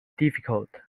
difficult